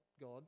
God